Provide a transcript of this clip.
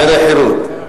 אחרי חרות.